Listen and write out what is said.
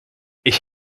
ich